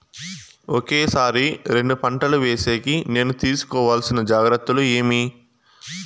ఒకే సారి రెండు పంటలు వేసేకి నేను తీసుకోవాల్సిన జాగ్రత్తలు ఏమి?